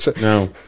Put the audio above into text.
no